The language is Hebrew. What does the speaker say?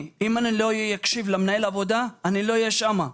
אם אני לא אקשיב למנהל העבודה אני לא אהיה שם.